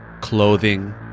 clothing